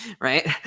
Right